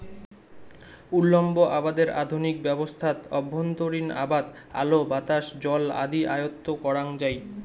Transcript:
উল্লম্ব আবাদের আধুনিক ব্যবস্থাত অভ্যন্তরীণ আবাদ আলো, বাতাস, জল আদি আয়ত্ব করাং যাই